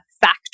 factor